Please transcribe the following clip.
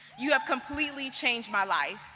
you have completely changed my life.